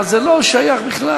אבל זה לא שייך בכלל.